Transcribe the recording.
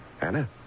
Anna